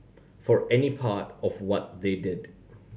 for any part of what they did